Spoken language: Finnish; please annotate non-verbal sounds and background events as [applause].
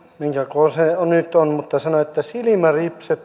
minkä kokoinen se nyt on mutta ystäväni sanoi että silmäripset [unintelligible]